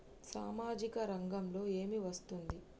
సామాజిక రంగంలో ఏమి వస్తుంది?